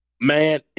man